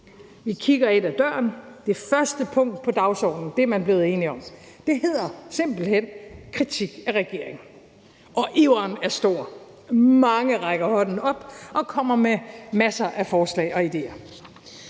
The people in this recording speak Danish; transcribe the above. Vi kigger ind ad døren, og det første punkt på dagsordenen er man blevet enige om, og det hedder simpelt hen: kritik af regeringen. Og iveren er stor, mange rækker hånden op og kommer med masser af forslag og idéer.